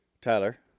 Tyler